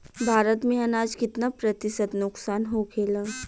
भारत में अनाज कितना प्रतिशत नुकसान होखेला?